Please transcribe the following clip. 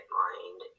mind